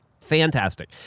fantastic